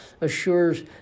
assures